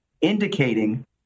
indicating